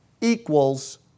equals